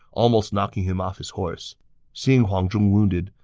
almost knocking him off his horse seeing huang zhong wounded,